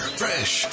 fresh